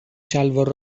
شلوار